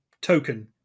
token